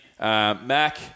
Mac